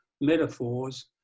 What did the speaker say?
metaphors